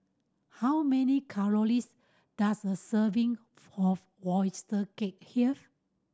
how many does a serving of oyster cake have